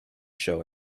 show